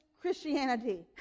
Christianity